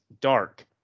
dark